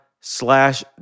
slash